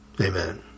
amen